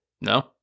No